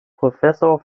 professor